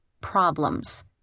problems